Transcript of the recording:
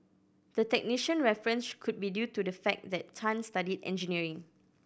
the technician reference could be due to the fact that Tan studied engineering